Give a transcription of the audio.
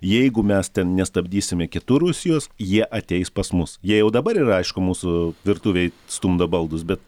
jeigu mes ten nestabdysime kiter rusijos jie ateis pas mus jie jau dabar ir aišku mūsų virtuvėj stumdo baldus bet